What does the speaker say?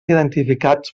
identificats